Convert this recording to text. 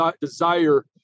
desire